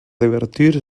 divertir